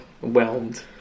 whelmed